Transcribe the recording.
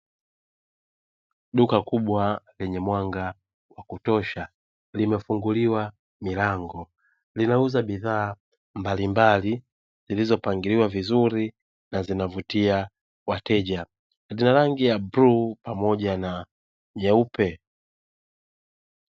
Duka kubwa lenye mwanga wa kutosha limefunguliwa milango. Linauza bidhaa mbalimbali zilizopangiliwa vizuri na zinavutia wateja lina rangi bluu pamoja na nyeupe.